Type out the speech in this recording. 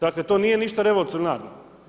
Dakle to nije ništa revolucionarno.